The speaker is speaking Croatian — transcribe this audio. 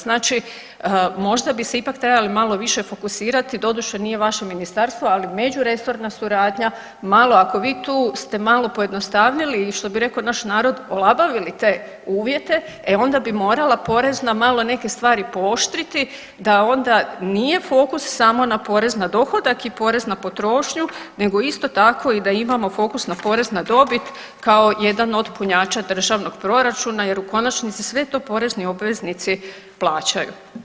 Znači možda bi se ipak trebali malo više fokusirati, doduše nije vaše ministarstvo, ali međuresorna suradnja malo ako vi tu ste malo pojednostavnili ili što bi reko naš narod olabavili te uvjete, e onda bi morala Porezna malo neke stvari pooštriti da onda nije fokus samo na porez na dohodak i porez na potrošnju nego isto tako da imamo fokus na porez na dobit kao jedan od punjača državnog proračuna jer u konačnici sve to porezni obveznici plaćaju.